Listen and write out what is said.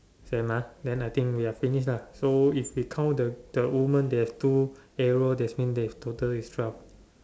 same ah then I think we are finished lah so if we count the the woman there's two arrow that's mean there is total is twelve